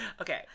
Okay